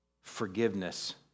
forgiveness